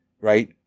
right